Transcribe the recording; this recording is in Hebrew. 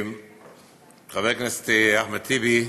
חבר הכנסת אחמד טיבי,